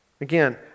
Again